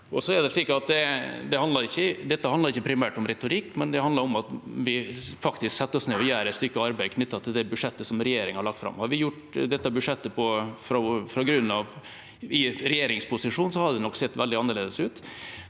Dette handler ikke primært om retorikk, men det handler om at vi faktisk setter oss ned og gjør et stykke arbeid knyttet til det budsjettet som regjeringa har lagt fram. Hadde vi gjort dette budsjettet fra grunnen av i regjeringsposisjon, hadde det nok sett veldig annerledes ut,